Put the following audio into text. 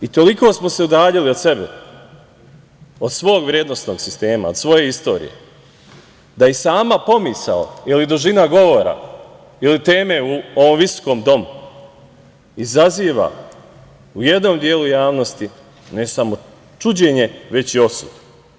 I toliko smo se udaljili od sebe, od svog vrednosnog sistema, od svoje istorije, da i sama pomisao ili dužina govora ili teme u ovom Visokom domu izaziva u jednom delu javnosti ne samo čuđenje, već i osudu.